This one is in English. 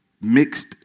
mixed